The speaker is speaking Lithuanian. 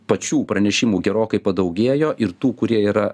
pačių pranešimų gerokai padaugėjo ir tų kurie yra